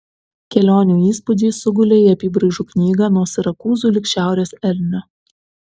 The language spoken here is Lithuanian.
kelionių įspūdžiai sugulė į apybraižų knygą nuo sirakūzų lig šiaurės elnio